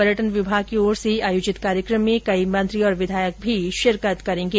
पर्यटन विभाग की ओर से आयोजित कार्यक्रम में कई मंत्री और विधायक भी शिरकत करेंगे